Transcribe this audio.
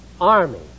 army